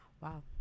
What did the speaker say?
Wow